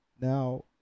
Now